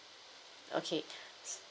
okay s~